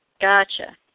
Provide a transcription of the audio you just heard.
Gotcha